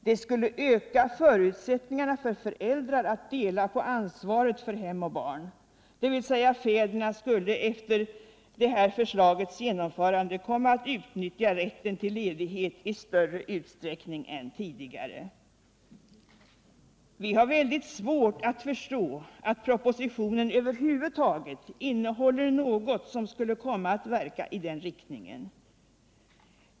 Det skulle öka förutsättningarna för föräldrar att dela på ansvaret för hem och barn, dvs. fäderna skulle efter det här förslagets genomförande komma att utnyttja rätten till ledighet i större utsträckning än tidigare. Vi har väldigt svårt att förstå alt propositionen över huvud taget innehåller något som skulle komma att verka i den riktningen.